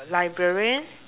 librarian